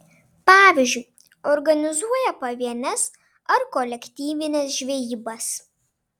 pavyzdžiui organizuoja pavienes ar kolektyvines žvejybas